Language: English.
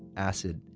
acid,